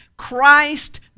Christ